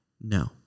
No